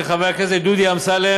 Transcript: של חבר הכנסת דוד אמסלם,